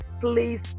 Please